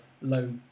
low